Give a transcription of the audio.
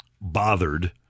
bothered—